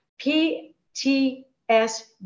PTS